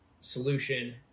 solution